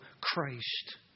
Christ